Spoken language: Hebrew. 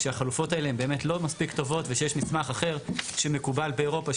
שהחלופות האלה הן באמת לא מספיק טובות ושיש מסמך אחר שמקובל באירופה,